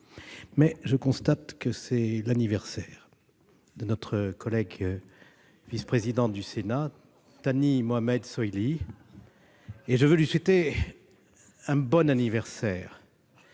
je constate que c'est l'anniversaire de notre collègue, vice-président du Sénat, Thani Mohamed Soilihi, et je veux lui souhaiter un bon anniversaire.